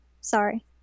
Sorry